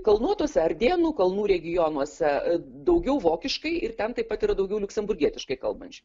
kalnuotose ardėnų kalnų regionuose daugiau vokiškai ir ten taip pat yra daugiau liuksemburgietiškai kalbančių